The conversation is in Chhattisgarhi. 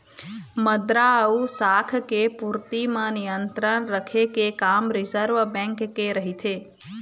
मद्रा अउ शाख के पूरति म नियंत्रन रखे के काम रिर्जव बेंक के रहिथे